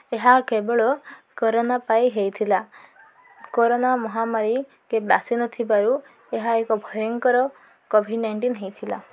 ଏହା କେବଳ କରୋନା ପାଇଁ ହୋଇଥିଲା କରୋନା ମହାମାରୀ କେବେ ଆସିନଥିବାରୁ ଏହା ଏକ ଭୟଙ୍କର କୋଭିଡ଼୍ ନାଇଣ୍ଟିନ୍ ହୋଇଥିଲା